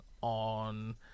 on